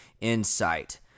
insight